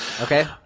Okay